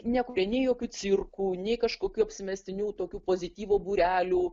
nekuria nei jokių cirkų nei kažkokių apsimestinių tokių pozityvo būrelių